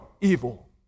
evil